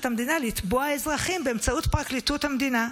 המדינה לתבוע אזרחים באמצעות פרקליטות המדינה.